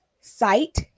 sight